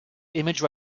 image